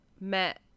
met